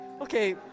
okay